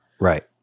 Right